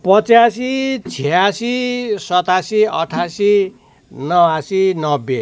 पच्यासी छ्यासी सतासी अठासी नवासी नब्बे